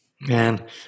Man